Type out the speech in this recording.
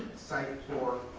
site for